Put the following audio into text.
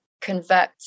convert